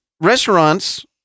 restaurants